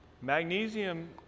Magnesium